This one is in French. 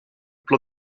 plan